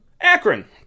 Akron